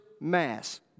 mass